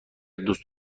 دوست